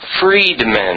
freedmen